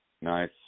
Nice